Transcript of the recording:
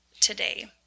today